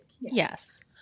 Yes